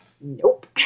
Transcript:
nope